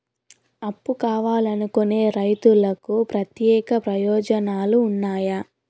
అప్పు కావాలనుకునే రైతులకు ప్రత్యేక ప్రయోజనాలు ఉన్నాయా?